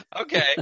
Okay